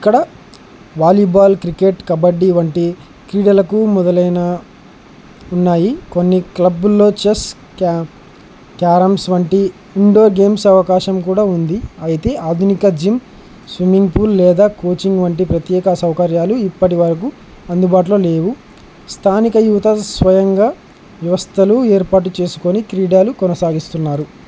ఇక్కడ volleyball cricket kabaddi వంటి క్రీడలకు మొదలైన ఉన్నాయి కొన్ని క్లబ్బుల్లో చెస్ క క్యారమ్స్ వంటి ఇండోర్ గేమ్స్ అవకాశం కూడా ఉంది అయితే ఆధునిక జిమ్ స్విమ్మింగ్ పూల్ లేదా కోచింగ్ వంటి ప్రత్యేక సౌకర్యాలు ఇప్పటి వరకు అందుబాటులో లేవు స్థానిక యువత స్వయంగా వ్యవస్థలు ఏర్పాటు చేసుకుని క్రీడలు కొనసాగిస్తున్నారు